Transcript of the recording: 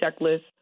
checklist